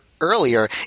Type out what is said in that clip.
earlier